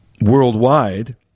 worldwide